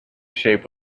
shape